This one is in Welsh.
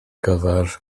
gyfer